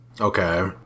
Okay